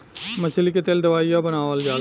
मछली के तेल दवाइयों बनावल जाला